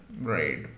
Right